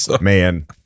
man